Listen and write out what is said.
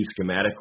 schematically